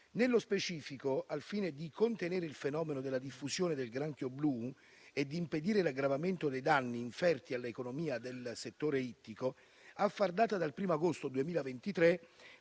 Nello specifico, al fine di contenere il fenomeno della diffusione del granchio blu e di impedire l'aggravamento dei danni inferti all'economia del settore ittico, a far data dal 1° agosto 2023,